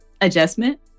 adjustment